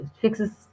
fixes